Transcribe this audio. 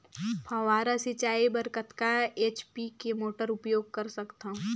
फव्वारा सिंचाई बर कतका एच.पी के मोटर उपयोग कर सकथव?